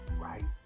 right